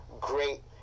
great